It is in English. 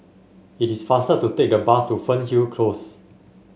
it is faster to take the bus to Fernhill Close